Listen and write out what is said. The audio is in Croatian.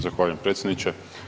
Zahvaljujem predsjedniče.